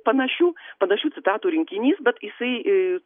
panašių panašių citatų rinkinys bet jisai